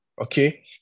okay